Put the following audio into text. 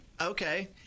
Okay